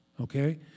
okay